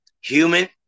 human